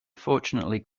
fortunately